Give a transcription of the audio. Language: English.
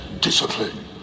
discipline